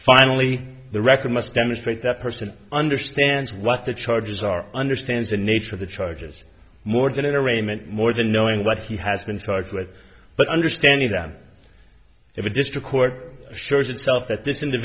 finally the record must demonstrate that person understands what the charges are understands the nature of the charges more than an arraignment more than knowing what he has been charged with but understanding that if a district court shows itself that